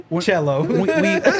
cello